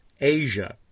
Asia